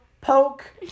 Poke